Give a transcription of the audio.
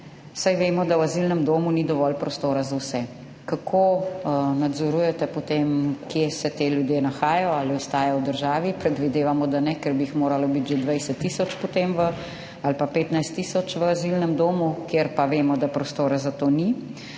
saj vemo, da v azilnem domu ni dovolj prostora za vse? Kako potem nadzorujete, kje se ti ljudje nahajajo ali ostajajo v državi? Predvidevamo, da ne, ker bi jih moralo biti potem že 20 tisoč ali pa 15 tisoč v azilnem domu, kjer pa vemo, da prostora za to ni.